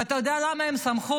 ואתה יודע למה הם שמחו?